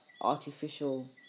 artificial